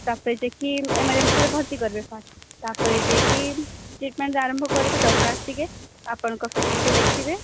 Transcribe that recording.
ତାପରେ ଯାଇକି ଏମର୍ଜେନ୍ସିରେ ଭର୍ତ୍ତି କରିବେ ଫାଷ୍ଟ ତାପରେ ଯାଇକି ଟ୍ରିଟମେଣ୍ଟ ଆରମ୍ଭ କରିବେ ଡକ୍ଟର ଆସିକି ଆପଣଙ୍କ ପେସେଣ୍ଟକୁ ଦେଖିବେ